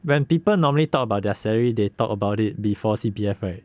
when people normally talk about their salary they talk about it before C_P_F right